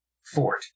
fort